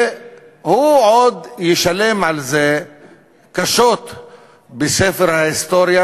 והוא עוד ישלם על זה קשות בספר ההיסטוריה,